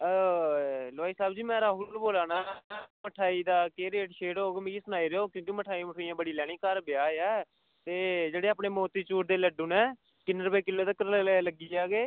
लोहाई साहब जी में राहुल बोला ना मिठाई दा केह् रेट होग मिगी सनाई ओड़ेओ क्योंकि मिठाई बड़ी लैनी घर ब्याह् ऐ ते जेह्ड़े अपने मोतीचूर दे लड्डू न किन्ने रपे किलो ते किन्ने रपे लग्गी जाह्गे